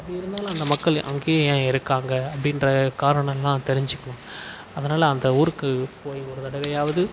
அப்படி இருந்தாலும் அந்த மக்கள் அங்கே ஏன் இருக்காங்க அப்படின்ற காரணம்லாம் தெரிஞ்சுக்கலாம் அதனால் அந்த ஊருக்கு போய் ஒரு தடவையாவது